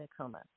coma